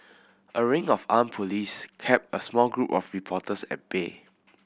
a ring of armed police kept a small group of reporters at bay